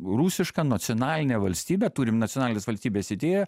rusišką nacionalinę valstybę turim nacionalinės valstybės idėją